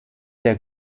der